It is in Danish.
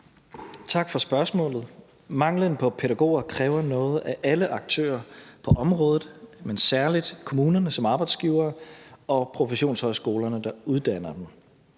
Tak for spørgsmålet. Manglen på pædagoger kræver noget af alle aktører på området, men særligt af kommunerne som arbejdsgivere og af professionshøjskolerne, der uddanner dem.